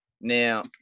Now